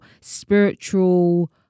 spiritual